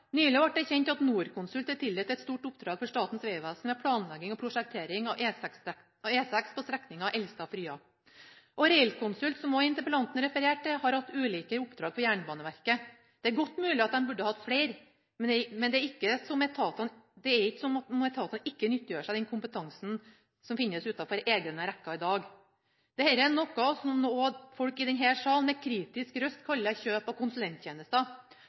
Nylig ble det kjent at Norconsult er tildelt et stort oppdrag for Statens vegvesen med planlegging og prosjektering av E6 på strekningen Elstad–Frya. Railconsult, som også interpellanten refererte til, har hatt ulike oppdrag for Jernbaneverket. Det er godt mulig at de burde hatt flere, men det er ikke slik at etatene ikke nyttiggjør seg den kompetansen som finnes utenfor egne rekker i dag. Dette er det noen – også folk i denne salen – som med kritisk røst kaller kjøp av konsulenttjenester.